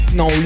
no